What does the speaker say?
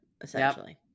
essentially